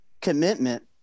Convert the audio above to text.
commitment